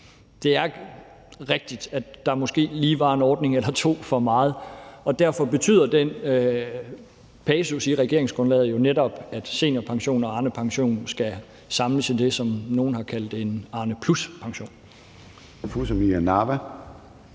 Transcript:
det er rigtigt, at der måske lige var en ordning eller to for meget, og derfor betyder den passus i regeringsgrundlaget jo netop, at seniorpensionen og Arnepensionen skal samles i det, som nogle har kaldt en Arnepluspension. Kl.